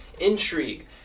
intrigue